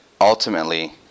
ultimately